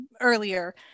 earlier